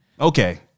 Okay